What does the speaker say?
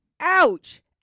ouch